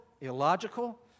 illogical